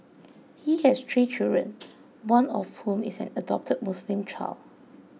he has three children one of whom is an adopted Muslim child